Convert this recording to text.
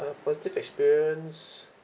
uh positive experience